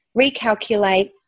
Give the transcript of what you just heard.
recalculate